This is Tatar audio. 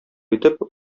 итеп